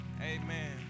Amen